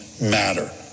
matter